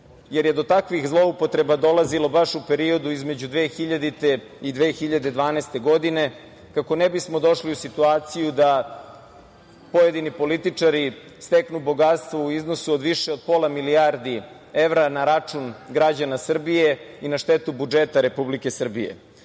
jer je do takvih zloupotreba dolazilo baš u periodu između 2000. i 2012. godine, kako ne bismo došli u situaciju da pojedini političari steknu bogatstvo u iznosu od više od pola milijardi evra na račun građana Srbije i na štetu budžeta Republike Srbije. Dakle,